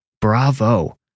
Bravo